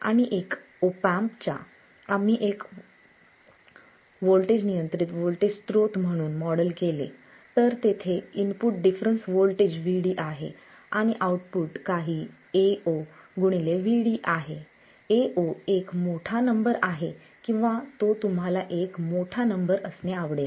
आपण एक op amp घ्या आम्ही एक व्होल्टेज नियंत्रित व्होल्टेज स्रोत म्हणून मॉडेल केले तर तेथे इनपुट डिफरन्स व्होल्टेज Vd आहे आणि आउटपुट काही Ao Vd आहे Ao एक मोठा नंबर आहे किंवा तुम्हाला तो एक मोठा नंबर असणे आवडेल